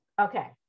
Okay